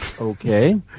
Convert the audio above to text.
Okay